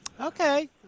Okay